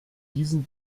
diesen